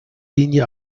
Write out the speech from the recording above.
linie